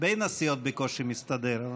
בין הסיעות אני בקושי מסתדר.